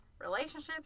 relationships